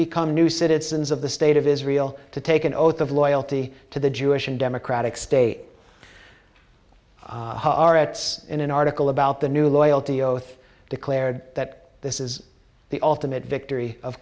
become new citizens of the state of israel to take an oath of loyalty to the jewish and democratic state in an article about the new loyalty oath declared that this is the ultimate victory of